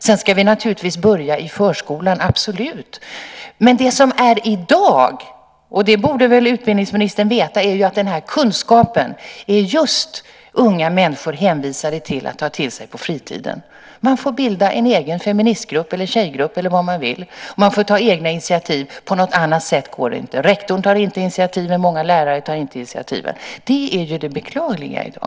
Vi ska naturligtvis börja i förskolan - absolut. Men som det är i dag - och det borde utbildningsministern veta - är just unga människor hänvisade till att ta till sig den här kunskapen på fritiden. Man får bilda en egen feministgrupp eller tjejgrupp eller vad man vill. Man får ta egna initiativ. På något annat sätt går det inte. Rektorn tar inte initiativen. Många lärare tar inte initiativen. Det är det beklagliga i dag.